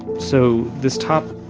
so this top